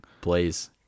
Please